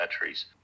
batteries